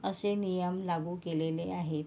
असे नियम लागू केलेले आहे